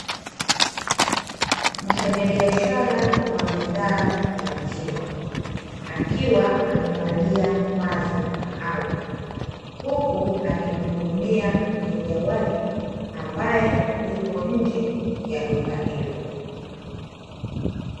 Mfanyabiashara wa bidhaa ya maziwa, akiwa amevalia vazi maalum huku akimhudumia mteja wake ambaye yuko nje ya duka hilo.